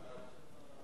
ההצעה להעביר